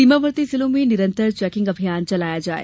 सीमावर्ती जिलों में निरन्तर चैकिंग अभियान चलाया जाये